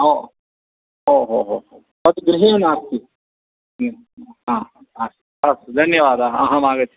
ओ ओ हो हो तत् गृहे नास्ति अस्तु अस्तु धन्यवादाः अहमागच्छामि